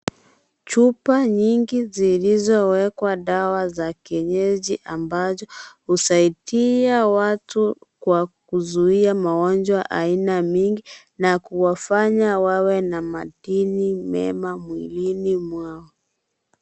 Chupa nyingi zilizowekwa dawa za kienyeji, ambacho husaidia watu kwa kuzuia magonjwa aina mingi na kuwafanya wawe na madini mema mwilini mwao.